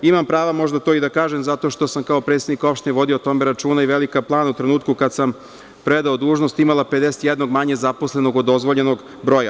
Imam pravo možda to i da kažem, zato što sam kao predsednik opštine vodio o tome računa i Velika Plana u trenutku kada sam predao dužnost je imala 51 manje zaposlenog od dozvoljenog broja.